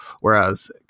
whereas